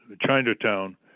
Chinatown